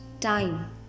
time